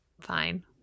Fine